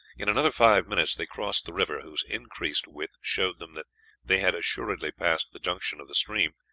in another five minutes they crossed the river, whose increased width showed them that they had assuredly passed the junction of the stream.